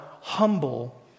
humble